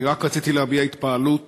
אני רק רציתי להביע התפעלות